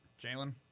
Jalen